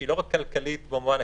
שהיא לא רק כלכלית במובן הכללי,